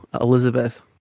elizabeth